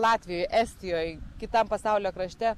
latvijoj estijoj kitam pasaulio krašte